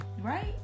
Right